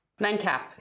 Mencap